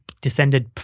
descended –